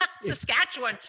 Saskatchewan